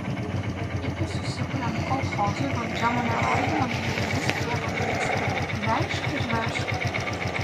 iki susikuriant kolchozui valdžia mane vargino didelėmis prievolėmis vežk ir vežk